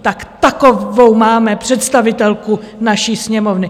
Tak takovou máme představitelku naší Sněmovny!